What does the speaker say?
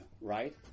right